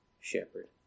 shepherd